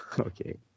Okay